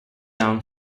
down